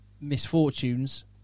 misfortunes